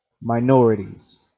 minorities